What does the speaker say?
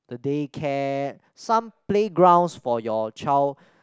the day care some play grounds for your child